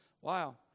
wow